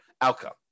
outcome